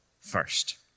first